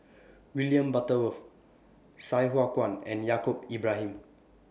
William Butterworth Sai Hua Kuan and Yaacob Ibrahim